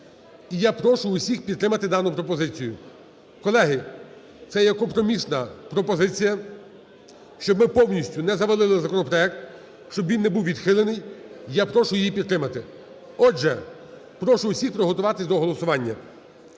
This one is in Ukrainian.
я прошу усіх підтримати дану пропозицію. Колеги, це є компромісна пропозиція, щоб ми повністю на завалили законопроект, щоб він не був відхилений, і я прошу її підтримати. Отже, прошу усіх приготуватися до голосування.